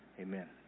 Amen